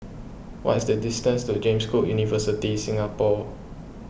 what is the distance to James Cook University Singapore